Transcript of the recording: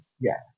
Yes